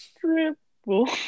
triple